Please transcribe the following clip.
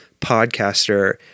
podcaster